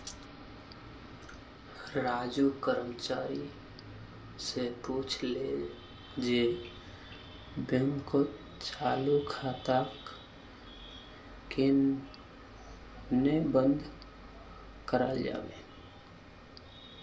राजू कर्मचारी स पूछले जे बैंकत चालू खाताक केन न बंद कराल जाबे